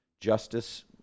justice